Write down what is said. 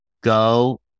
Go